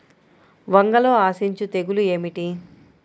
వంగలో ఆశించు తెగులు ఏమిటి?